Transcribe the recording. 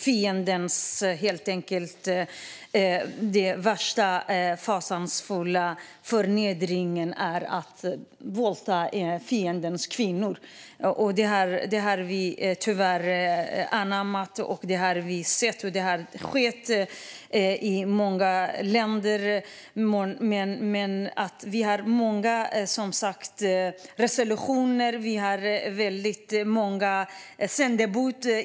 Den värsta och mest fasansfulla förnedringen är att våldta fiendens kvinnor. Det har vi sett och det har skett i många länder. Vi har många resolutioner, och vi har väldigt många sändebud.